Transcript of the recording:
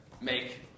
make